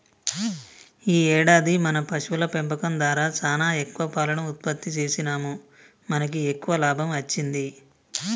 ఈ ఏడాది మన పశువుల పెంపకం దారా సానా ఎక్కువ పాలను ఉత్పత్తి సేసినాముమనకి ఎక్కువ లాభం అచ్చింది